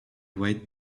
white